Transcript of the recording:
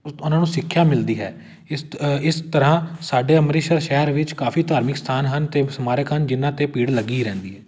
ਉਹਨਾਂ ਨੂੰ ਸਿੱਖਿਆ ਮਿਲਦੀ ਹੈ ਇਸ ਇਸ ਤਰ੍ਹਾਂ ਸਾਡੇ ਅੰਮ੍ਰਿਤਸਰ ਸ਼ਹਿਰ ਵਿੱਚ ਕਾਫੀ ਧਾਰਮਿਕ ਸਥਾਨ ਹਨ ਅਤੇ ਉਪ ਸਮਾਰਕ ਹਨ ਜਿਨ੍ਹਾਂ 'ਤੇ ਭੀੜ ਲੱਗੀ ਰਹਿੰਦੀ ਹੈ